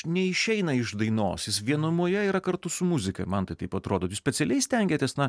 neišeina iš dainos jis vienumoje yra kartu su muzika ir man tai taip atrodo jūs specialiai stengiatės na